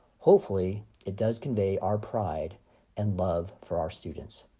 hopefully it does convey our pride and love for our students.